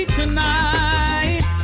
tonight